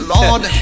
Lord